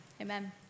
Amen